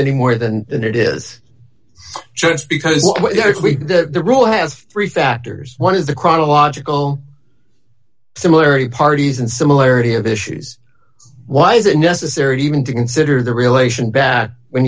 any more than than it is just because what usually the rule has three factors one is the chronological similarity parties and similarity of issues why is it necessary even to consider the relation bad when